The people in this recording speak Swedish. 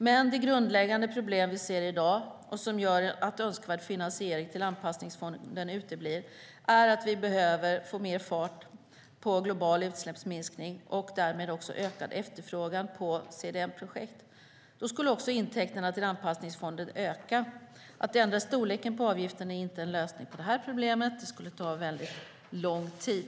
Men det grundläggande problem vi ser i dag och som gör att önskvärd finansiering till Anpassningsfonden uteblir är att vi behöver få mer fart på global utsläppsminskning och därmed ökad efterfrågan på CDM-projekt. Då skulle intäkterna till Anpassningsfonden öka. Att ändra storleken på avgiften är inte en lösning på det problemet. Det skulle ta väldigt lång tid.